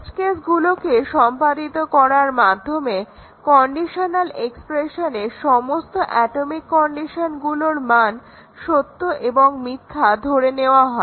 test কেসগুলোকে সম্পাদিত করার মাধ্যমে কন্ডিশনাল এক্সপ্রেশনের সমস্ত অ্যাটমিক কন্ডিশনগুলোর মান সত্য এবং মিথ্যা ধরে নেওয়া হয়